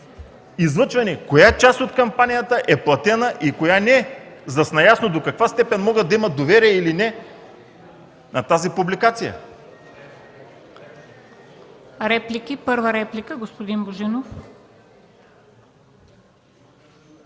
излъчване, коя част от кампанията е платена и коя не, за да са наясно до каква степен могат да имат доверие или не на тази публикация.